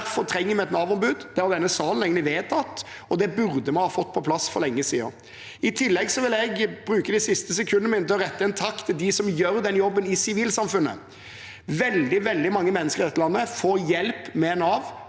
Derfor trenger vi et Nav-ombud. Det har man i denne sal egentlig vedtatt, og det burde man ha fått på plass for lenge siden. I tillegg vil jeg bruke de siste sekundene mine til å rette en takk til de som gjør den jobben i sivilsamfunnet. Veldig, veldig mange mennesker i dette landet får hjelp av Nav,